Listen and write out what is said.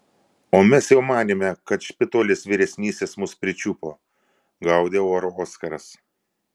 o mes jau manėme kad špitolės vyresnysis mus pričiupo gaudė orą oskaras